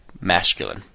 masculine